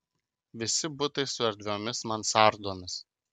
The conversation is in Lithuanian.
visi butai su erdviomis mansardomis